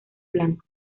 blanco